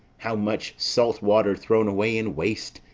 how much salt water thrown away in waste,